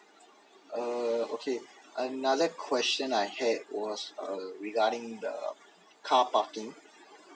uh okay another question I had was regarding the car parking